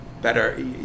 better